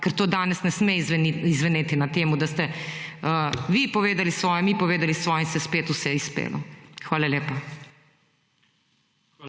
ker to danes ne sme izzveneti na temu, da ste vi povedali svoje, mi povedali svoje in se spet vse izpelje. Hvala lepa.